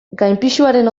gainpisuaren